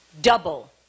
double